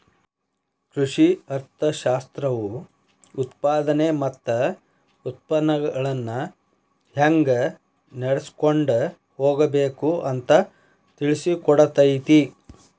ಕೃಷಿ ಅರ್ಥಶಾಸ್ತ್ರವು ಉತ್ಪಾದನೆ ಮತ್ತ ಉತ್ಪನ್ನಗಳನ್ನಾ ಹೆಂಗ ನಡ್ಸಕೊಂಡ ಹೋಗಬೇಕು ಅಂತಾ ತಿಳ್ಸಿಕೊಡತೈತಿ